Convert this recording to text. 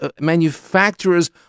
manufacturers